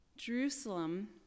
Jerusalem